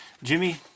Jimmy